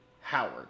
Howard